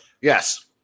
Yes